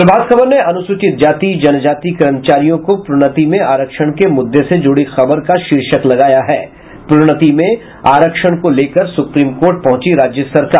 प्रभात खबर ने अनुसूचित जाति जनजाति कर्मचारियों की प्रोन्नति में आरक्षण के मुद्दे से जुड़ी खबर का शीर्षक लगाया है प्रोन्नति में आरक्षण को लेकर सुप्रीम कोर्ट पहुंची राज्य सरकार